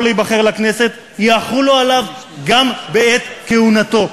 להיבחר לכנסת יחולו עליו גם בעת כהונתו.